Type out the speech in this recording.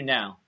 now